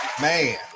Man